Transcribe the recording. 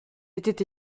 était